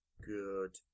good